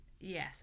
Yes